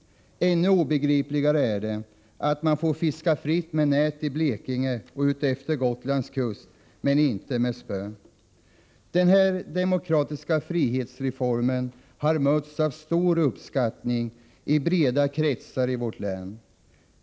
Ännu obegripligare är att man i Blekinge och utefter Gotlandskusten får fritt fiska med nät men inte med spö. Den här demokratiska frihetsreformen har mötts med stor uppskattning i vida kretsar i vårt län.